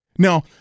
Now